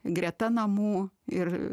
greta namų ir